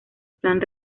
plan